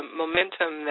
momentum